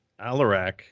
Alarak